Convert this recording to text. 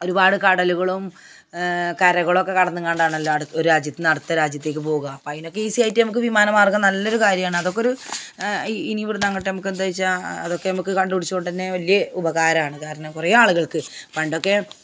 ഒരുപാട് കടലുകളും കരകളൊക്കെ കടന്ന് ഇങ്ങാണ്ടാണല്ലോ അട് ഒരു രാജ്യത്തു നിന്ന് അടുത്ത രാജ്യത്തേക്ക് പോകുക അപ്പോൾ അതിനൊക്കെ ഈസിയായിട്ട് നമുക്ക് വിമാനമാര്ഗ്ഗം നല്ലൊരു കാര്യമാണ് അതൊക്കൊരു ഇ ഇനി ഇവിടുന്നങ്ങോട്ട് നമുക്കെന്തോയ്ച്ചാൽ അതൊക്കെ നമുക്ക് കണ്ടു പിടിച്ചു കൊണ്ടു തന്നെ വലിയ ഉപകാരമാണ് കാരണം കുറേ ആളുകള്ക്ക് പണ്ടൊക്കെ